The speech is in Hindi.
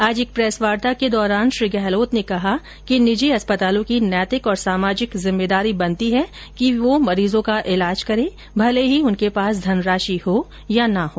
आज एक प्रेसवार्ता के दौरान श्री गहलोत ने कहा कि निजी अस्पतालों की नैतिक और सामाजिक जिम्मेदारी बनती है कि वो मरीजों का इलाज करें भले ही उनके पास धनराश्नि हो या न हो